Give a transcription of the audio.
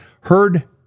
Heard